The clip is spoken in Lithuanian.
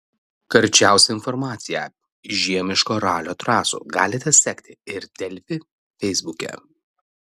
karčiausią informaciją iš žiemiško ralio trasų galite sekti ir delfi feisbuke